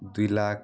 ଦୁଇ ଲକ୍ଷ